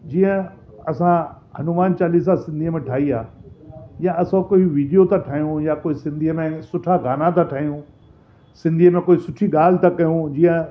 जीअं असां हनुमान चालीसा सिंधी में ठाही आहे या असीं कोई विडियो था ठाहियूं या सिंधी में कोई सुठा गाना था ठाहियूं सिंधी में कोई सुठी ॻाल्हि था कयूं जीअं